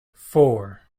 four